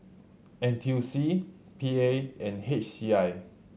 N T U C P A and H C I